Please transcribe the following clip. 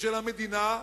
של המדינה,